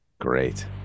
Great